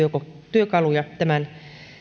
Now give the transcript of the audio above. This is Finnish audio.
työkaluja tämän